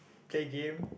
play game